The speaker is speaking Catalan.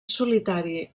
solitari